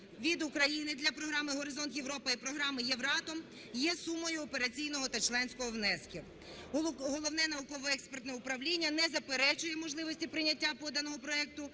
від України для програми "Горизонт Європа" і програми "Євратом" є сумою операційного та членського внесків. Головне науко-експертне управління не заперечує можливості прийняття поданого проекту